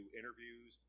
interviews